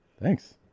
Thanks